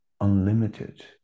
unlimited